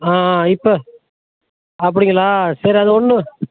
இப்போ அப்படிங்களா சரி அது ஒன்றும்